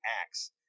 acts